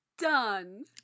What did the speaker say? done